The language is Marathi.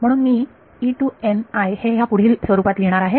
म्हणून मी हे ह्या पुढील स्वरूपात लिहणार आहे